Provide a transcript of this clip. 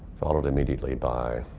followed immediately by